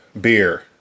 beer